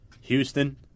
Houston